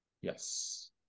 Yes